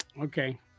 Okay